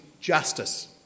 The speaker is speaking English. justice